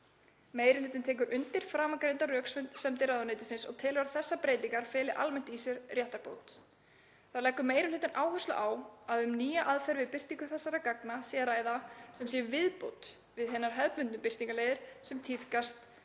Meiri hlutinn tekur undir framangreindar röksemdir ráðuneytisins og telur að þessar breytingar feli almennt í sér réttarbót. Þá leggur meiri hlutinn áherslu á að um nýja aðferð við birtingu þessara gagna sé að ræða sem sé viðbót við hinar hefðbundnu birtingarleiðir sem tíðkast